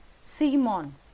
Simon